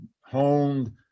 honed